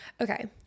Okay